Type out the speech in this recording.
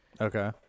Okay